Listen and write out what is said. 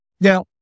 Now